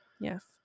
yes